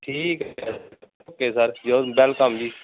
ਠੀਕ ਹੈ sir okay sir you are welcome ਜੀ